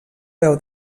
veu